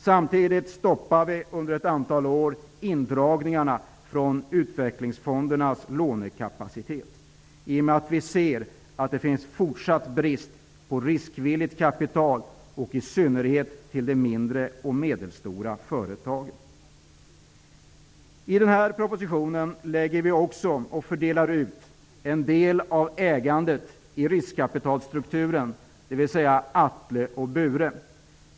Samtidigt stoppar vi under ett antal år indragningarna från utvecklingsfondernas lånekapacit eftersom det finns en fortsatt brist på riskvilligt kapital, i synnerhet till de mindre och medelstora företagen. I den här propositionen lägger vi också förslag om att fördela ut en del av ägandet i riskkapitalstrukturen, dvs. Atle och Bure.